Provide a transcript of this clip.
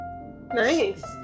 Nice